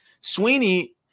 Sweeney –